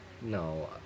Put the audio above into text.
No